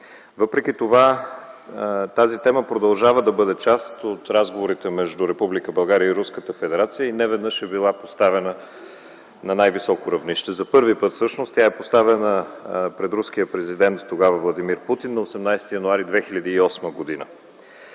Въпреки това тази тема продължава да бъде част от разговорите между Република България и Руската федерация и неведнъж е била поставена на най-високо равнище. За първи път тя е поставена пред руския президент - тогава Владимир Путин, на 18 януари 2008 г.